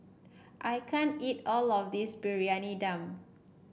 I can't eat all of this Briyani Dum